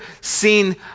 seen